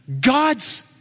God's